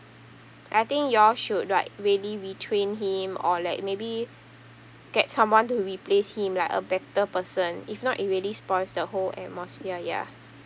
I think you all should like really retrain him or like maybe get someone to replace him like a better person if not it really spoils the whole atmosphere ya